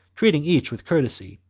treated each with courtesy,